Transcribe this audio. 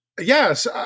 yes